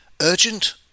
Urgent